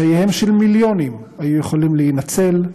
חייהם של מיליונים היו יכולים להינצל,